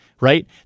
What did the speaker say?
right